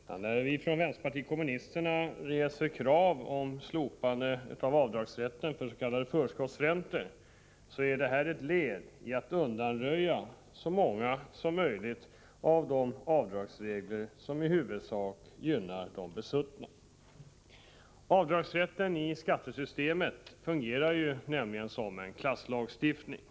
Fru talman! När vi från vänsterpartiet kommunisterna reser krav om slopande av rätten till avdrag för s.k. förskottsräntor är det ett led i vår strävan att undanröja så många som möjligt av de avdragsregler som i huvudsak gynnar de besuttna. Avdragsrätten i skattesystemet fungerar som en klasslagstiftning.